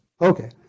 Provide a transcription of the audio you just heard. Okay